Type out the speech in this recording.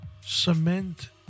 cement